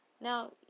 Now